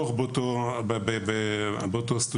שיתמוך בהם.